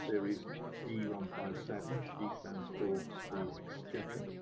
series e one five seven. e stands for the exchequer.